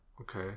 Okay